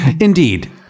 Indeed